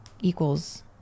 equals